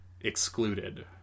excluded